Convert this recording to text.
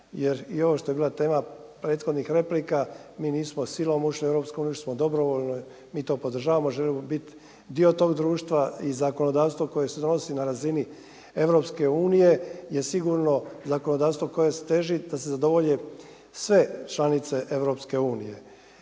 jer i ono što je bila tema prethodnih replika, mi nismo silom ušli u EU, ušli smo dobrovoljno, mi to podržavamo, želimo biti dio tog društva i zakonodavstvo koje se donosi na razini EU-a je sigurno zakonodavstvo koje teži da se zadovolje sve članice EU.